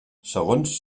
segons